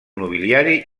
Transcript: nobiliari